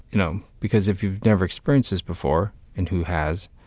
you know because if you've never experienced this before, and who has,